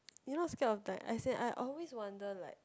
you not scared of that as in I always wonder like